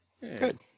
Good